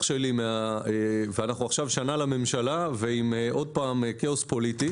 אנחנו עכשיו שנה בממשלה ושוב עם כאוס פוליטי